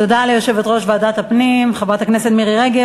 תודה ליושבת-ראש ועדת הפנים, חברת הכנסת מירי רגב.